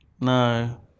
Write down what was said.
No